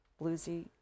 bluesy